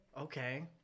Okay